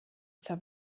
zur